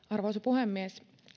arvoisa puhemies